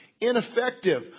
ineffective